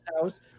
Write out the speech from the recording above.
house